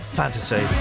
fantasy